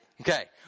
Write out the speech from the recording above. Okay